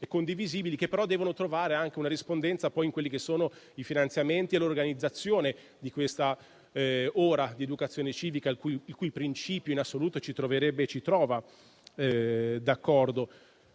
che però devono trovare poi una rispondenza nei finanziamenti e nell'organizzazione di quest'ora di educazione civica, il cui principio in assoluto ci troverebbe e ci trova d'accordo.